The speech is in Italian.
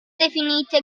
definite